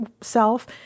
self